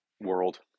world